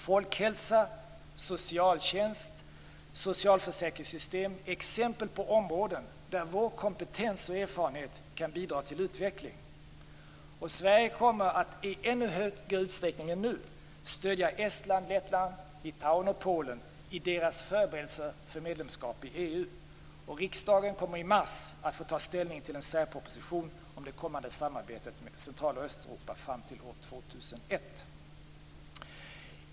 Folkhälsa, socialtjänst och socialförsäkringssystem är exempel på områden där vår kompetens och erfarenhet kan bidra till utveckling. Sverige kommer att i ännu större utsträckning än nu stödja Estland, Lettland, Litauen och Polen i deras förberedelser för medlemskap i EU. Riksdagen kommer i mars att få ta ställning till en särproposition om det kommande samarbetet med Central och Östeuropa fram till år 2001.